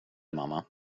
mamma